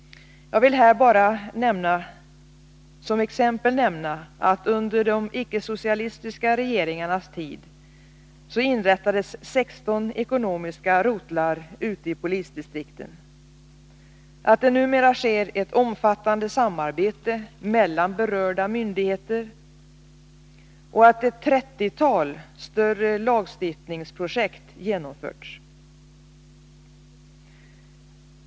Jag vill här bara som exempel nämna att under de icke-socialistiska regeringarnas tid inrättades 16 ekonomiska rotlar ute i polisdistrikten, att det numera sker ett omfattande samarbete mellan berörda myndigheter och att ett trettiotal större lagstiftningsprojekt genomförts.